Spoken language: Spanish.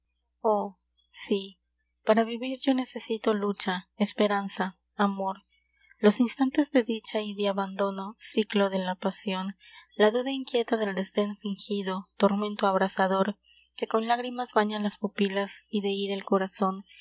para vivir yo necesito lucha esperanza amor los instantes de dicha y de abandono ciclo de la pasion la duda inquieta del desden fingido tormento abrasador que con lágrimas baña las pupilas y de ira el corazon